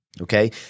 Okay